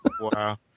Wow